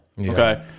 okay